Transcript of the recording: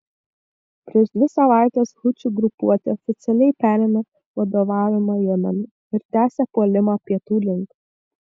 prieš dvi savaites hučių grupuotė oficialiai perėmė vadovavimą jemenui ir tęsia puolimą pietų link